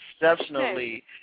exceptionally